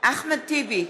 אחמד טיבי,